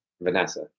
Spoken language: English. Vanessa